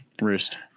Roost